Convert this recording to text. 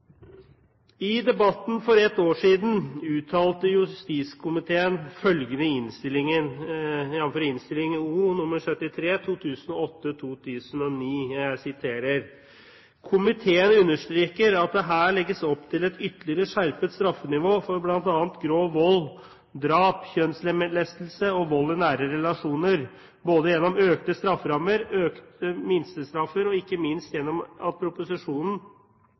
denne debatten. I debatten for ett år siden uttalte justiskomiteen følgende i innstillingen til saken, Innst. O. nr. 73 for 2008–2009: «Komiteen understreker at det her legges opp til et ytterligere skjerpet straffenivå for bl.a. grov vold, drap, kjønnslemlestelse og vold i nære relasjoner, både gjennom økte strafferammer, økte minstestraffer og ikke minst gjennom at proposisjonen